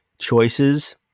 Choices